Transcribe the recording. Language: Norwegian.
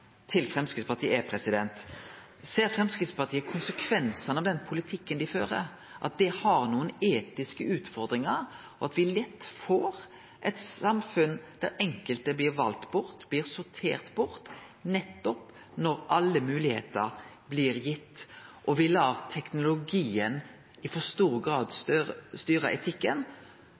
til Framstegspartiet er: Ser Framstegspartiet konsekvensane av den politikken dei fører, at det har nokre etiske utfordringar, og at me lett får eit samfunn der enkelte blir valde bort, blir sorterte bort, nettopp når alle moglegheiter blir gitt, og at me i for stor grad lèt teknologien styre etikken?